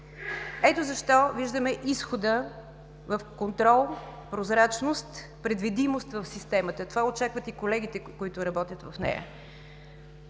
Ето защо виждаме изхода в контрол, прозрачност, предвидимост в системата. Това очакват и колегите, които работят в нея.